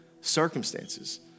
circumstances